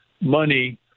money